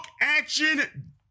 action